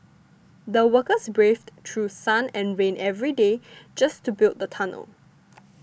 the workers braved through sun and rain every day just to build the tunnel